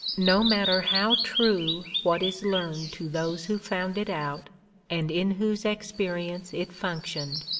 no matter how true what is learned to those who found it out and in whose experience it functioned,